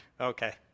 okay